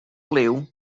liw